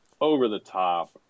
over-the-top